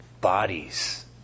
bodies